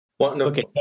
Okay